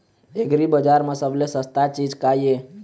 एग्रीबजार म सबले सस्ता चीज का ये?